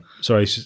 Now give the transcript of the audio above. Sorry